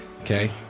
Okay